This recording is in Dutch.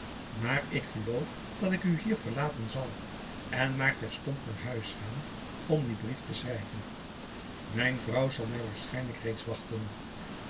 maar ik geloof dat ik u hier verlaten zal en maar terstond naar huis gaan om dien brief te schrijven mijn vrouw zal my waarschijnlijk reeds wachten